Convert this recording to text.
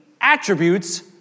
attributes